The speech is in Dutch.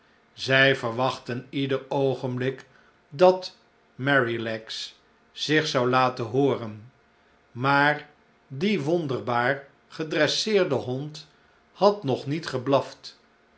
zij verwachtten ieder oogenblik dat merrylegs zich zou laten hooren maar die wonderbaar gedresseerde hond had nog niet geblaft